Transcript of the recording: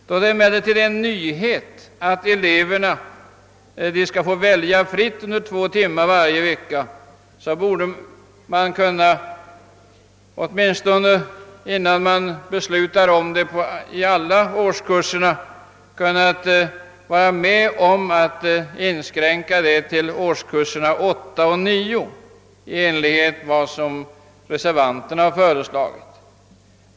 Då det emellertid är en nyhet att eleverna skall få välja fritt två timmar varje vecka borde man kunna nöja sig med att detta görs i årskurserna 82 och 9 i enlighet med vad reservanterna föreslagit.